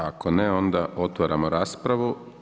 Ako ne, onda otvaram raspravu.